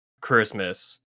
Christmas